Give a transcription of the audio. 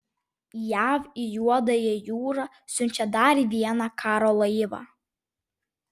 jav į juodąją jūrą siunčia dar vieną karo laivą